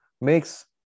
makes